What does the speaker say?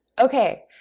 okay